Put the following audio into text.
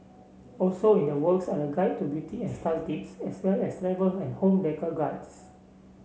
also in the works are the guide to beauty and style tips as well as travel and home decor guides